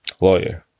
lawyer